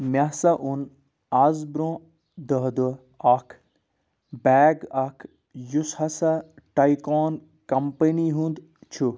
مےٚ ہسا اوٚن آز برونٛہہ دہ دۄہ اَکھ بیگ اَکھ یُس ہَسا ٹایکان کَمپنی ہُنٛد چھُ